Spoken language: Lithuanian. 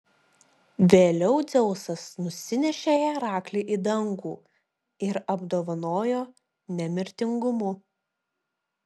vėliau dzeusas nusinešė heraklį į dangų ir apdovanojo nemirtingumu